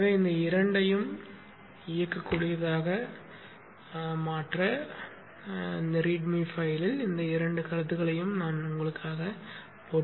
எனவே இந்த இரண்டையும் இயக்கக்கூடியதாக மாற்ற வாசிப்பு கோப்பில் இந்த இரண்டு கருத்துகளையும் போட்டுள்ளேன்